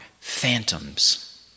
phantoms